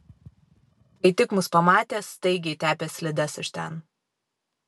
kai tik mus pamatė staigiai tepė slides iš ten